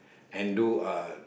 and do uh